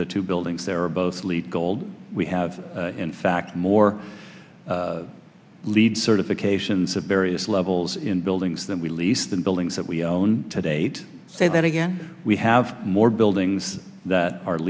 the two buildings there are both lead gold we have in fact more lead certifications of various levels in buildings than we lease the buildings that we own to date say that again we have more buildings that are